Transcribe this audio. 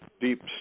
deep